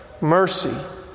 mercy